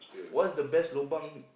what's the best lobang